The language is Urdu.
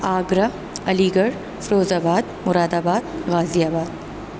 Agra Aligarh Firozabad Moradabad غازی آباد